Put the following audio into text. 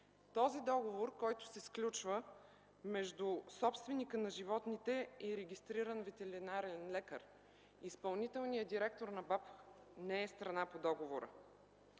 този договор, който се сключва между собственика на животните и регистриран ветеринарен лекар, изпълнителният директор на БАБХ не е страна по договора.